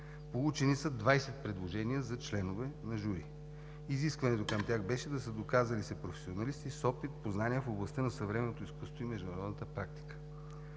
Получени са 20 предложения за членове на жури. Изискването към тях беше да са доказали се професионалисти, с опит и познания в областта на съвременното изкуство и международната практика.